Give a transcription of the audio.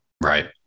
right